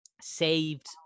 saved